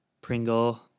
pringle